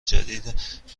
جدید